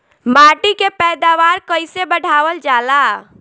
माटी के पैदावार कईसे बढ़ावल जाला?